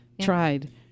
tried